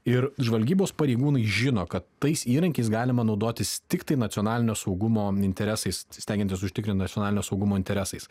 ir žvalgybos pareigūnai žino kad tais įrankiais galima naudotis tiktai nacionalinio saugumo interesais stengiantis užtikrinti nacionalinio saugumo interesais